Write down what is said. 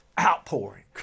outpouring